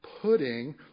putting